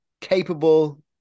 Capable